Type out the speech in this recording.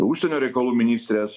užsienio reikalų ministrės